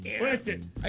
Listen